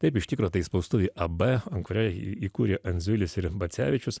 taip iš tikro tai spaustuvei ab ant kurią įkūrė andziulis ir bacevičius